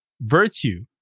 virtue